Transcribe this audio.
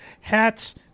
hats